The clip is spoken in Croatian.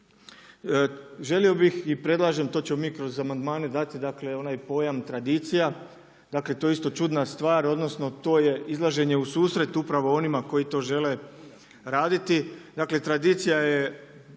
Želio bih i predlažem, to ćemo kroz amandmane dati dakle onaj pojam tradicija, dakle to je isto čudna stvar odnosno to je izlaženje u susret upravo onima koji to žele raditi. Dakle tradicija je